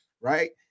right